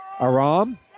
Aram